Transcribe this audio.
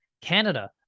Canada